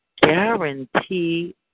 guarantee